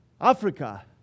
Africa